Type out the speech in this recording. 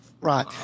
right